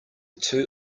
two